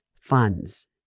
funds